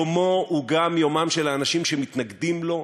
יומו הוא גם יומם של האנשים שמתנגדים לו,